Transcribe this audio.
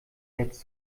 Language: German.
jetzt